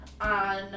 on